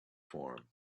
form